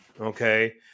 Okay